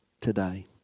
today